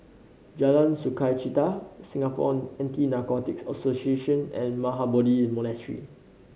Jalan Sukachita Singapore Anti Narcotics Association and Mahabodhi Monastery